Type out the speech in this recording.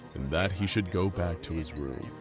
and that he should go back to his room.